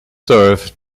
served